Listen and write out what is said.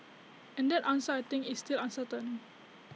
and that answer I think is still uncertain